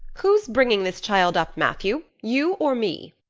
who's bringing this child up, matthew, you or me?